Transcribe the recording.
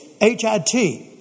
H-I-T